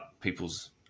people's